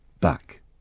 back